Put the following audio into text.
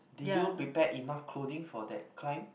did you prepare enough clothing for that climb